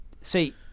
see